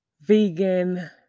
vegan